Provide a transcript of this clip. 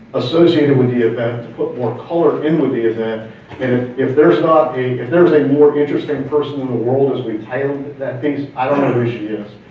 associated with the event to put more color in with the event and if there's not a, if there's a more interesting person in the world, as we titled that piece, i don't know who she is.